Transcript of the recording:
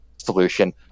solution